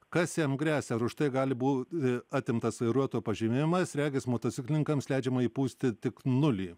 kas jam gresia ar už tai gali būt atimtas vairuotojo pažymėjimas regis motociklininkams leidžiama įpūsti tik nulį